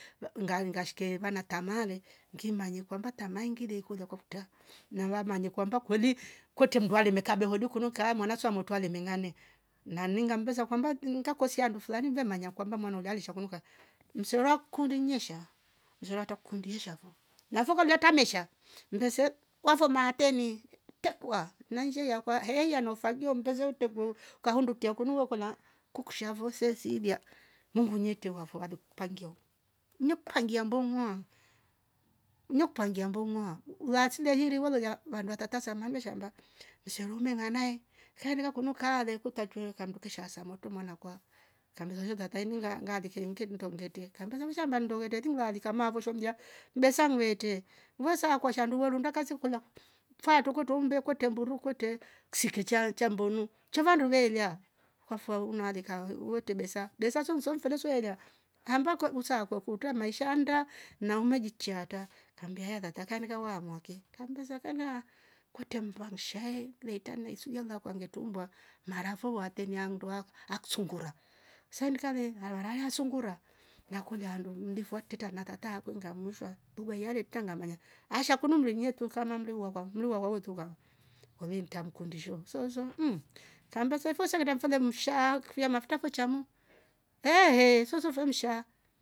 Uhh waunganyi ngashke vanatamale ngima ngimanye kwamba tamgile ikiluakokta na vamanye kwamba kweli kwete mnduale mekabe hodukunuka mwana somwamotwale mengale na ningam mbesa kwamba ninta kosia ndo fulani vemanya kwamba mwana ulolaishi shakunuka msowa kundinyesha zhswata kundii shavo navokolo liatamesha umise wavo mateeni twekuwa manze hia kwa heia no fagio mbeze mtego kahondoto konuowokola kukshia vo sesnsilia mungu nitevo wavo alekupangia. ni kupangia mbongwa uu uwasire iri wololia wanda tata sama meshanda isharume mwanae kaevera kunu ka vekuta tuyoka mndukisha sama moto mwanakwa kamelolia laita linga ngalike nge duto ngete kambuzunza mando wete liwa lika mavoshomlia besa muwete muwesa kwashanduluo lwundwa kasiuukula faa tukuto umbe kwete mburu kwete sikicha nchambunu shiva nduvelia kwa fau unalika u- uwete besa. besa sonzou nsou mfeneswelia hambako usa kwakutoa maisha ndaa na umaji chata kamgaia ngata kanigowa umwake ngambisa fanya kwete mbangushae leitame sulia mlanglwa kwange tumbua marafu watenyandwa asksungura serkale hararaia sungura na kuliando mlifo warteta nakata konga mlishwa ubahia nete ngamanya ashakunu mvenye tukama mria wa kwa mria wawe tukame kwani mtam kundizshoo zozo mhh kamba semfesa sana ndamfale mmsha kwia mafuta fucham mhh ehh ehh souzuzu vomsha.